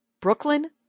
Brooklyn